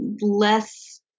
less